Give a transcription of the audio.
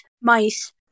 Mice